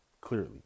clearly